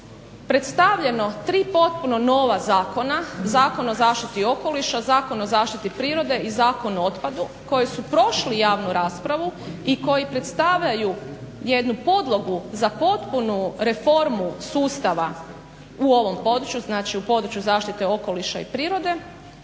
predstavljeno 3 potpuno nova zakona – Zakon o zaštiti okoliša, Zakon o zaštiti prirode i Zakon o otpadu koji su prošli javnu raspravu i koji predstavljaju jednu podlogu za potpunu reformu sustava u ovom području, znači u području zaštite okoliša i prirode.